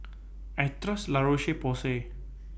I Trust La Roche Porsay